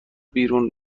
بیرون